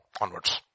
onwards